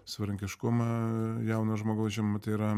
savarankiškumą jauno žmogaus žinoma tai yra